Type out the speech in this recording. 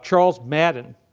charles madden,